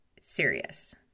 serious